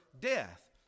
death